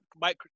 Mike